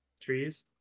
Trees